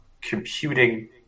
computing